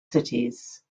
cities